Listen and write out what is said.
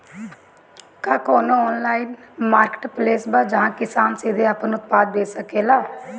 का कोनो online marketplace बा जहां किसान सीधे अपन उत्पाद बेच सकता?